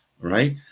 right